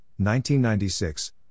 1996